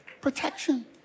protection